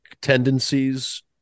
tendencies